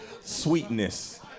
sweetness